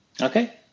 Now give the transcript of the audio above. Okay